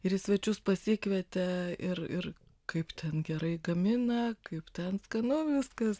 ir į svečius pasikvietė ir ir kaip ten gerai gamina kaip ten skanu viskas